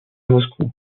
moscou